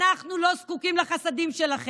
אנחנו לא זקוקים לחסדים שלכם.